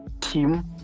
team